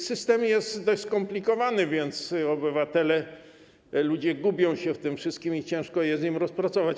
System jest dość skomplikowany, więc obywatele, ludzie gubią się w tym wszystkim i ciężko jest im to rozpracować.